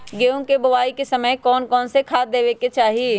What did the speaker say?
गेंहू के बोआई के समय कौन कौन से खाद देवे के चाही?